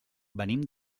venim